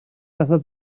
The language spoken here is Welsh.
atat